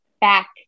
back